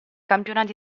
campionati